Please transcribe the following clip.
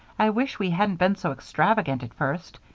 i wish we hadn't been so extravagant at first.